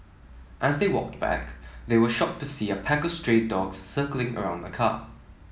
as they walked back they were shocked to see a pack of stray dogs circling around the car